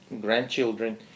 grandchildren